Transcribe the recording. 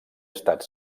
estat